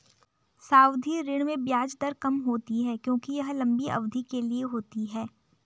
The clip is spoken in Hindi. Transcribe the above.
सावधि ऋण में ब्याज दर कम होती है क्योंकि यह लंबी अवधि के लिए होती है